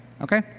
okay?